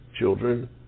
Children